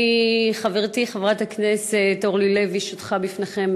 חברתי חברת הכנסת אורלי לוי שטחה בפניכם,